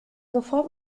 sofort